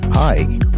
Hi